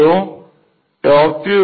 तो top view